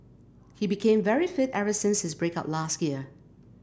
he became very fit ever since his break up last year